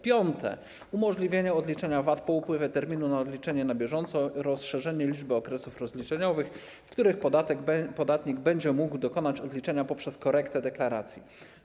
Piąte, umożliwienie odliczenia VAT po upływie terminu na odliczenie na bieżąco, rozszerzenie liczby okresów rozliczeniowych, w których podatnik będzie mógł dokonać odliczenia poprzez korektę deklaracji.